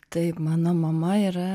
taip mano mama yra